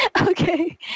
Okay